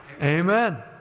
amen